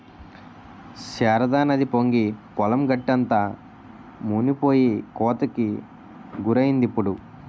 శారదానది పొంగి పొలం గట్టంతా మునిపోయి కోతకి గురైందిప్పుడు